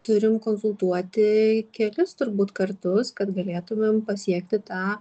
turim konsultuoti kelis turbūt kartus kad galėtumėm pasiekti tą